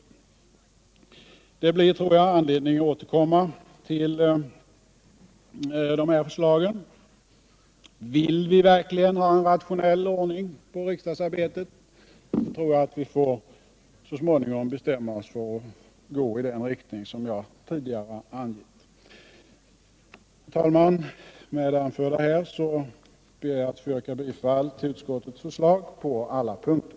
Jag tror det blir anledning att återkomma med dessa förslag. Vill vi verkligen ha en rationell ordning på riksdagsarbetet, tror jag att vi så småningom får bestämma oss för att gå i den riktning som jag tidigare har angett. Herr talman! Med det anförda ber jag att få yrka bifall till utskottets förslag på alla punkter.